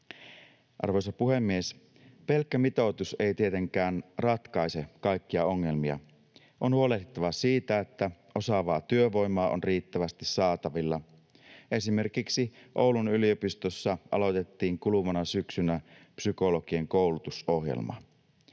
Arvoisa puhemies! Pelkkä mitoitus ei tietenkään ratkaise kaikkia ongelmia. On huolehdittava siitä, että osaavaa työvoimaa on riittävästi saatavilla. Esimerkiksi Oulun yliopistossa aloitettiin kuluvana syksynä psykologian koulutusohjelma.